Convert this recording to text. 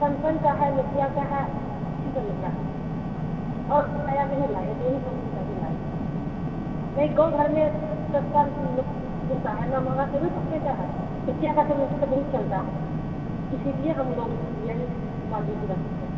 Samsung का है Nokia का है इसी का मिल रहा है और नया नहीं लाए हैं दो ही कम्पनी का अभी लाए हैं नहीं गाँव घर में सस्ता हम लोग उनता है ना मंगा कर लेता है नोकिया का सब सब वही चलता है इसलिए हम लोग यही मान लीजिए रखते हैं